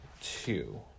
two